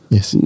Yes